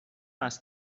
است